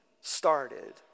started